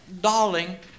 darling